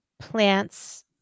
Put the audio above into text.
plants